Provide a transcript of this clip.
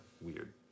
weird